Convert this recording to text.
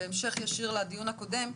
בהמשך ישיר לדיון הקודם,